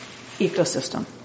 ecosystem